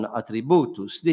attributus